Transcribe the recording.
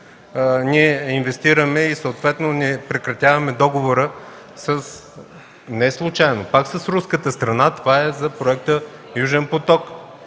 защо инвестираме и съответно не прекратяваме договора неслучайно пак с руската страна – проекта „Южен поток”.